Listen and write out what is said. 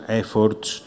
efforts